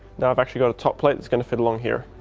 now i've actually got a top plate that's going to fit along here.